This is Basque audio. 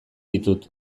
ditut